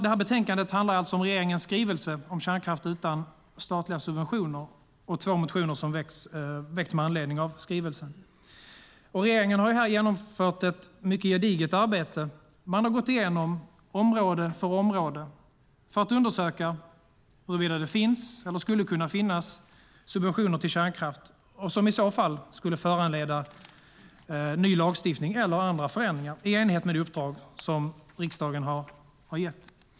Detta betänkande handlar alltså om regeringens skrivelse om kärnkraft utan statliga subventioner och två motioner som väckts med anledning av skrivelsen. Regeringen har genomfört ett mycket gediget arbete. Man har gått igenom område för område för att undersöka huruvida det finns eller skulle kunna finnas subventioner till kärnkraft som i så fall skulle föranleda ny lagstiftning eller andra förändringar i enlighet med det uppdrag riksdagen har gett.